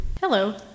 Hello